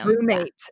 roommate